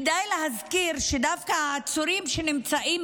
כדאי להזכיר שדווקא העצורים שנמצאים